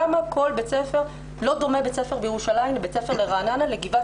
לא דומה בית ספר בירושלים לבית ספר ברעננה לבית ספר בגבעת